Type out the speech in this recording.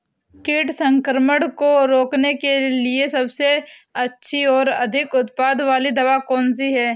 कीट संक्रमण को रोकने के लिए सबसे अच्छी और अधिक उत्पाद वाली दवा कौन सी है?